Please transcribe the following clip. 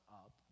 up